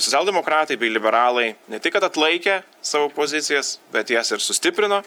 socialdemokratai bei liberalai ne tik kad atlaikė savo pozicijas bet jas ir sustiprino